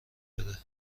بده